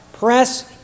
Press